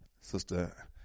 Sister